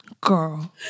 Girl